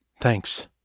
Thanks